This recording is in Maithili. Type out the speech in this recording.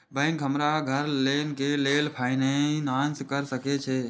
बैंक हमरा घर लोन के लेल फाईनांस कर सके छे?